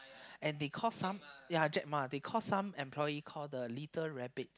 and they call some ya Jack-Ma they call some employee called the little rabbit